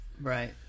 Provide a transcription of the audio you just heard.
right